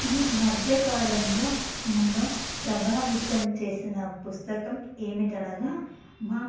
ఈ మధ్యకాలంలో నన్ను ప్రభావితం చేసిన పుస్తకం ఏమిటి అనగా మా